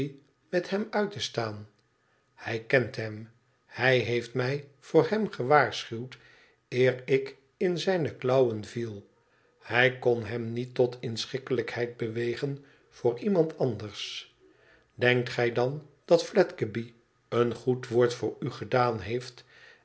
met hem uit te staan hij kent hem hij heeft mij voor hem gewaarschuwd eer ik in zijne klauwen viel hij kon hem niet tot inschikkelijkheid bewegen voor iemand anders denkt gij dan dat fledgeby een goed woord voor u gedaan heeft